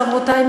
חברי וחברותי,